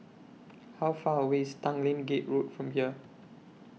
How Far away IS Tanglin Gate Road from here